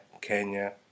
Kenya